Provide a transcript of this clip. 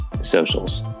socials